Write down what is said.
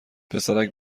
پسرک